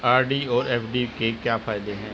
RD और FD के क्या फायदे हैं?